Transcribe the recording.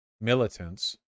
militants